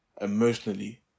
Emotionally